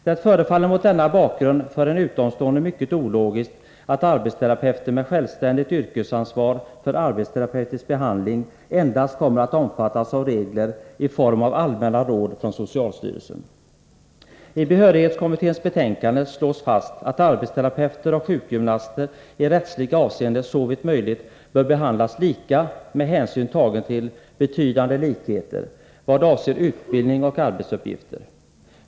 Det förefaller mot denna bakgrund för en utomstående mycket ologiskt att arbetsterapeuter med självständigt yrkesansvar för arbetsterapeutisk behandling endast kommer att omfattas av regler i form av allmänna råd från socialstyrelsen. I behörighetskommitténs betänkande slås fast att arbetsterapeuter och sjukgymnaster i rättsligt avseende såvitt möjligt bör behandlas lika med hänsyn tagen till ”betydande likheter” vad avser utbildning och arbetsuppgifter.